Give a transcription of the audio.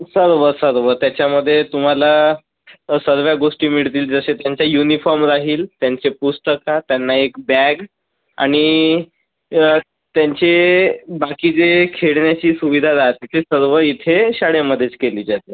सर्व सर्व त्याच्यामध्ये तुम्हाला सर्व गोष्टी मिळतील जसे त्यांचा युनिफॉर्म राहील त्यांचे पुस्तकं त्यांना एक बॅग आणि त्यांचे बाकी जे खेळण्याची सुविधा राहते ते सर्व इथे शाळेमध्येच केली जाते